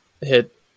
hit